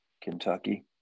Kentucky